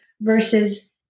versus